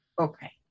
Okay